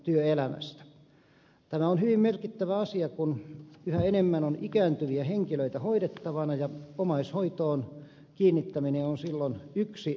tämä on hyvin merkittävä asia kun yhä enemmän on ikääntyviä henkilöitä hoidettavana ja omaishoitoon kiinnittäminen on silloin yksi mahdollisuus